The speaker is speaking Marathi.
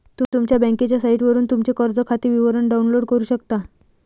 तुम्ही तुमच्या बँकेच्या साइटवरून तुमचे कर्ज खाते विवरण डाउनलोड करू शकता